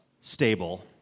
stable